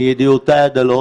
מידיעותיי הדלות,